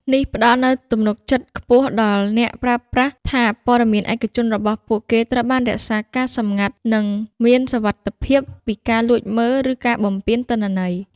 នេះផ្ដល់នូវទំនុកចិត្តខ្ពស់ដល់អ្នកប្រើប្រាស់ថាព័ត៌មានឯកជនរបស់ពួកគេត្រូវបានរក្សាការសម្ងាត់ និងមានសុវត្ថិភាពពីការលួចមើល ឬការបំពានទិន្នន័យ។